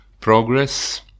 progress